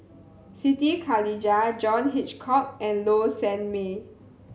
Siti Khalijah John Hitchcock and Low Sanmay